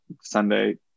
Sunday